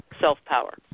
self-power